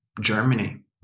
Germany